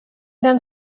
den